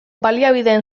baliabideen